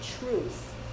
truth